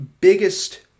biggest